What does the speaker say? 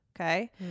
Okay